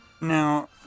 Now